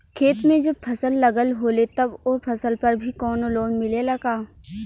खेत में जब फसल लगल होले तब ओ फसल पर भी कौनो लोन मिलेला का?